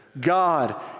God